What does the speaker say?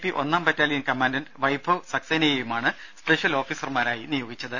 P ഒന്നാം battalion commandant Vaibhav സക്സേനയേയുമാണ് special ഓഫീസർമാരായി നിയോഗിച്ചത്